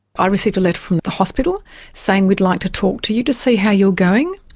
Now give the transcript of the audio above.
i received a letter from the hospital saying we'd like to talk to you to see how you are going.